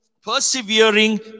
persevering